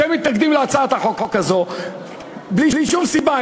אתם מתנגדים להצעת החוק הזאת בלי שום סיבה,